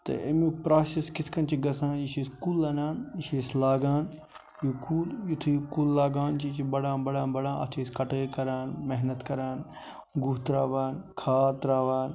تہٕ امیُک پراسیٚس کِتھ کٔنۍ چھِ گَژھان یہِ چھِ أسی کُل آنان یہِ چھِ أسۍ لاگان یہِ کُل یُتھٕے یہِ کُل لاگان چھِ یہِ چھِ بَڑان بَڑان بڑان اَتھ چھِ أسۍ کَٹٲے کَران محنت کَران گُہہ تَراوان کھاد تَراوان